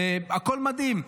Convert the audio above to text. והכול מדהים.